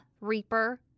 reaper